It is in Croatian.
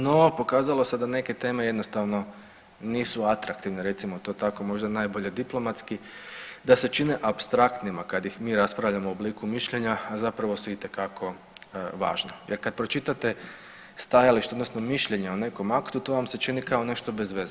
No, pokazalo se da neke teme jednostavno nisu atraktivne recimo to tako možda najbolje diplomatski, da se čine apstraktnima kad mi raspravljamo u obliku mišljenja, a zapravo su itekako važne jer kad pročitate stajališta odnosno mišljenja o nekom aktu to vam se čini kao nešto bez veze.